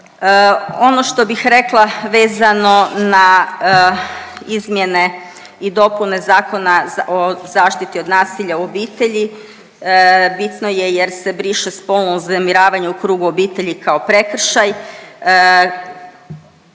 Ono što bih rekla vezano na izmjene i dopune Zakona o zaštiti od nasilja u obitelji, bitno je jer se briše spolno uznemiravanje u krugu obitelji kao prekršaj